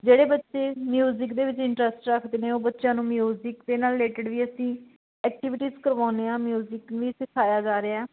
ਜਿਹੜੇ ਬੱਚੇ ਮਿਊਜਿਕ ਦੇ ਵਿੱਚ ਇੰਟਰਸਟ ਰੱਖਦੇ ਨੇ ਉਹ ਬੱਚਿਆਂ ਨੂੰ ਮਿਊਜਿਕ ਦੇ ਨਾਲ ਰਿਲੇਟਡ ਵੀ ਅਸੀਂ ਐਕਟੀਵਿਟੀਜ਼ ਕਰਵਾਉਂਦੇ ਹਾਂ ਮਿਊਜਿਕ ਵੀ ਸਿਖਾਇਆ ਜਾ ਰਿਹਾ